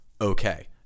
okay